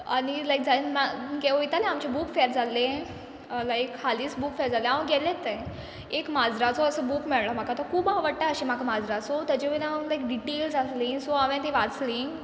आनी लायक जायन मा के वयतालें आमचें बूक फॅर जाल्लें लायक हालींच बूक फॅर जाल्लें हांव गेल्लें थंय एक माजराचो असो बूक मेळ्ळो म्हाका तो खूब आवडटा अशें म्हाका माजरां सो ताजे वयल्यान लायक डिटेल्स आसलीं सो हांवें तीं वाचलीं